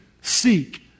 seek